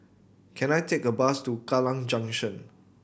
can I take a bus to Kallang Junction